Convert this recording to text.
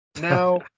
Now